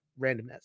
randomness